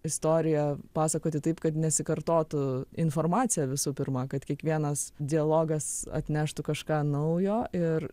istoriją pasakoti taip kad nesikartotų informacija visų pirma kad kiekvienas dialogas atneštų kažką naujo ir